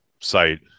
site